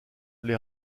les